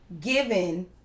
Given